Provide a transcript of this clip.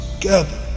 together